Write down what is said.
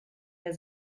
der